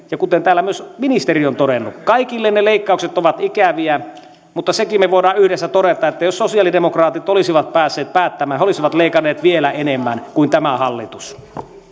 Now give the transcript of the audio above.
ja kuten täällä myös ministeri on todennut kaikille ne leikkaukset ovat ikäviä mutta senkin me voimme yhdessä todeta että jos sosiaalidemokraatit olisivat päässeet päättämään he olisivat leikanneet vielä enemmän kuin tämä hallitus